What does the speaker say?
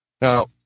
Now